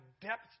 depth